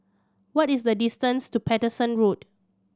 what is the distance to Paterson Road